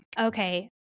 okay